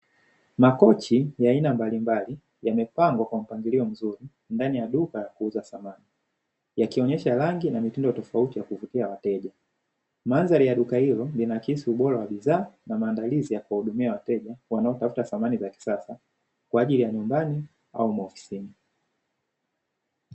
Makochi ya aina mbalimbali yamepangwa kwa mpangilio mzuri ndani ya duka kuuza samani, yakionyesha rangi na mitindo tofauti ya kuvutia wateja. Mandhari ya duka hilo linaakisi ubora wa bidhaa na maandalizi ya kuwahudumia wateja, wanaotafuta samani za kisasa kwa ajili ya nyumbani au maofisini.